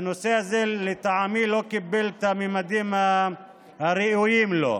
והנושא הזה, לטעמי, לא קיבל את הממדים הראויים לו.